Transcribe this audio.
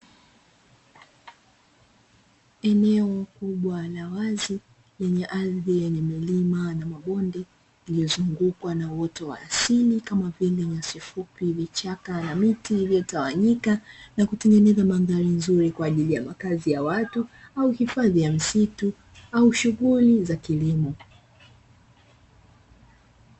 Eneo kubwa la wazi yenye ardhi yenye milima na mabonde iliyozungukwa na uoto wa asili kama vile: nyasi fupi, vichaka na miti iliyotawanyika na kutengeneza mandhari nzuri kwa ajili ya makazi ya watu au hifadhi ya msitu au shughuli za kilimo.